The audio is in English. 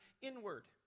inward